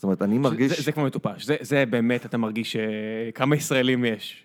זאת אומרת, אני מרגיש... זה כבר מטופש, זה באמת, אתה מרגיש ש... כמה ישראלים יש.